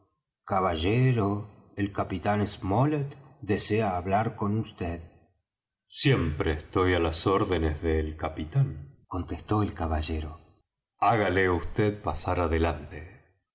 caballero el capitán smollet desea hablar con vd siempre estoy á las órdenes del capitán contestó el caballero hágale vd pasar adelante